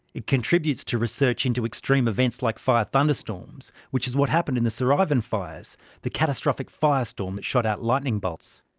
it contributes to research into extreme events like fire thunderstorms, which is what happened in the sir ah ivan fires that catastrophic firestorm which shot out lightning bolts.